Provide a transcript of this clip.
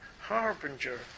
harbinger